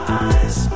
eyes